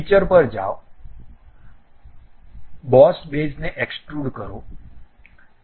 feature પર જાઓ boss બેઝને એક્સ્ટ્રુડ કરો